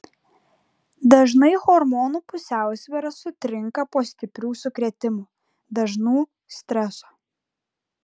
dažnai hormonų pusiausvyra sutrinka po stiprių sukrėtimų dažnų streso